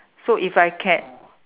so if I can